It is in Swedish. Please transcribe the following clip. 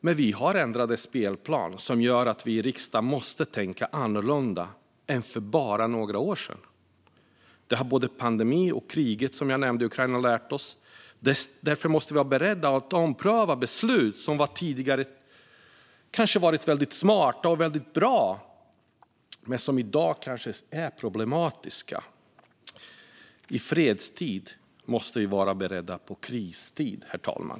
Men vi har en ändrad spelplan, som gör att vi i riksdagen måste tänka annorlunda än för bara några år sedan. Det har både pandemin och kriget i Ukraina lärt oss, som jag nämnde. Därför måste vi vara beredda att ompröva beslut som tidigare kanske har varit väldigt smarta och väldigt bra men som i dag kanske är problematiska. I fredstid måste vi vara beredda på kristid, herr talman.